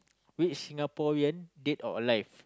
which Singaporean dead or alive